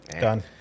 Done